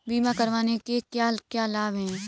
बीमा करवाने के क्या क्या लाभ हैं?